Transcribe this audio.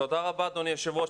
תודה רבה אדוני היושב ראש.